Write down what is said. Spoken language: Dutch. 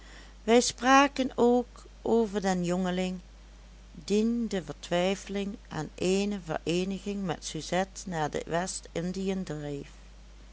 wij spraken ook over den jongeling dien de vertwijfeling aan eene vereeniging met suzette naar de west-indiën